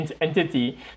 entity